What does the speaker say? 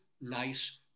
nice